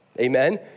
amen